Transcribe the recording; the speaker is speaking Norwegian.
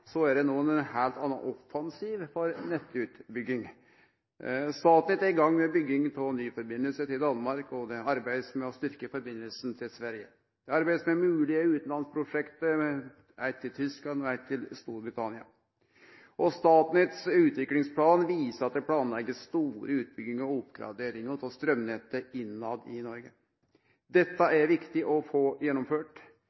er det no ein heilt annan offensiv for nettutbygging. Statnett er i gang med bygging av eit nytt samband til Danmark, og ein arbeider med å styrkje sambandet til Sverige. Ein arbeider med moglege utanlandsprosjekt, eit til Tyskland og eit til Storbritannia. Statnetts utviklingsplan viser at ein planlegg store utbyggingar og oppgraderingar av straumnettet innetter i